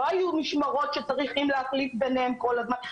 לא יהיו משמרות שצריכים להחליף ביניהם כל הזמן.